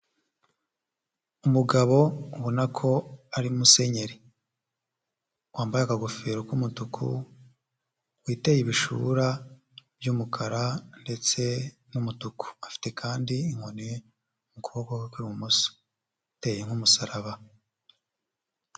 Umugabo ubona ko ari Musenyeri, wambaye akagofero k'umutuku witeye ibishura by'umukara ndetse n'umutuku, afite kandi inkoni mu kuboko kwe kw'ibumoso iteye nk'umusaraba.